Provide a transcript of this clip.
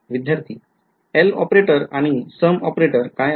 विध्यार्थी L operator आणि sum operator काय आहे